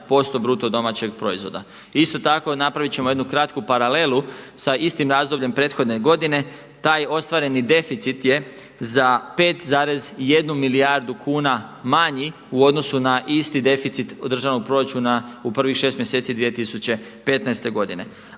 projicirani BDP 0,7% BDP-a. Isto tako napraviti ćemo jednu kratku paralelu sa istim razdobljem prethodne godine, taj ostvareni deficit je za 5,1 milijardu kuna manji u odnosu na isti deficit državnog proračuna u prvih 6 mjeseci 2015. godine.